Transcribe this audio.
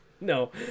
No